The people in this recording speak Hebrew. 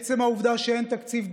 עצם העובדה שאין תקציב,